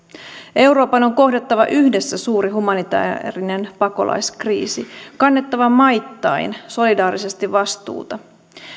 euroopan on kohdattava yhdessä suuri humanitäärinen pakolaiskriisi kannettava maittain solidaarisesti vastuuta